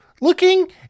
looking